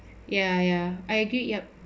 ya ya I agree yup